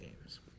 games